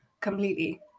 completely